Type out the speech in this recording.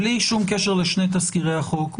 בלי שום קשר לשני תזכירי החוק,